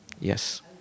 Yes